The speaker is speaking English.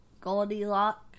Goldilocks